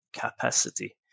capacity